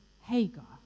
Hagar